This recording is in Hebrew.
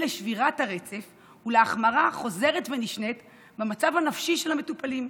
לשבירת הרצף ולהחמרה חוזרת ונשנית במצב הנפשי של המטופלים.